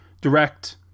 direct